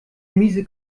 miese